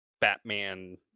Batman